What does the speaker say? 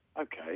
Okay